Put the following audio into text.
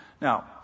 Now